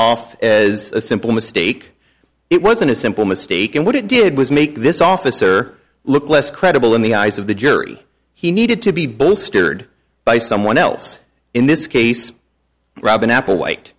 off as a simple mistake it wasn't a simple mistake and what it did was make this officer look less credible in the eyes of the jury he needed to be bolstered by someone else in this case robin applewhite